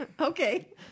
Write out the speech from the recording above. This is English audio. Okay